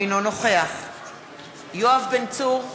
אינו נוכח יואב בן צור,